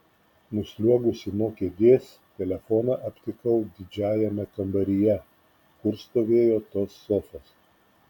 nusliuogusi nuo kėdės telefoną aptikau didžiajame kambaryje kur stovėjo tos sofos